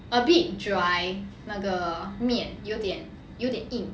abit dry 那个面有点有点硬